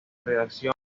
redacción